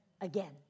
again